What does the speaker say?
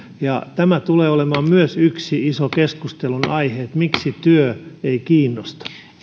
ja tämä tulee olemaan myös yksi iso keskustelun aihe että miksi työ ei kiinnosta